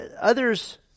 Others